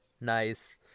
Nice